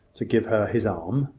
to give her his arm,